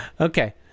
okay